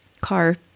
car